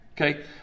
Okay